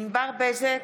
ענבר בזק,